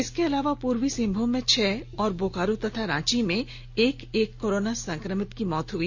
इसके अलावा पूर्वी सिंहभूम में छह और बोकारो एवं रांची में एक एक कोरोना संक्रमित की मौत हो गई